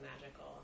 magical